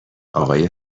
آقای